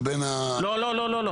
לא, לא.